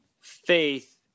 faith